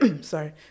sorry